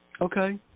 Okay